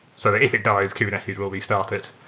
so if it dies, kubernetes will be started.